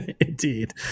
indeed